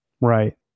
right